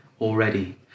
already